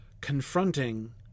confronting